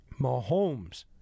Mahomes